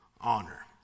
honor